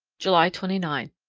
july twenty nine.